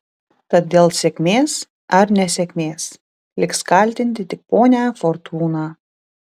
tad dėl sėkmės ar nesėkmės liks kaltinti tik ponią fortūną